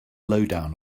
lowdown